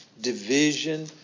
division